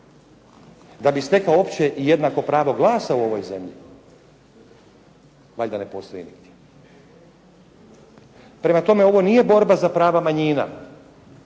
da bi stekao opće i jednako pravo glasa u ovoj zemlji valjda ne postoji nigdje. Prema tome, ovo nije borba za prava manjina